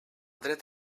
dret